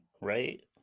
right